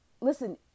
listen